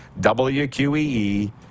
WQEE